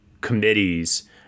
committees